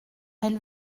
elle